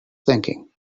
thinking